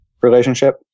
relationship